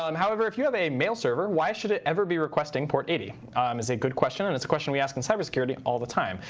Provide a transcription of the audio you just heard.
um however, if you have a mail server, why should it ever be requesting port eighty um is a good question and it's a question we ask in cybersecurity all the time.